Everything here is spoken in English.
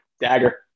dagger